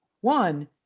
One